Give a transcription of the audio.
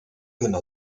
kunde